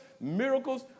Miracles